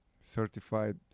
certified